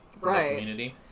Right